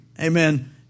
Amen